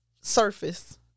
surface